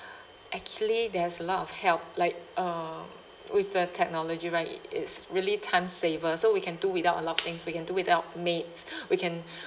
actually there's a lot of help like um with the technology right it's really time saver so we can do without a lot of things we can do without maids we can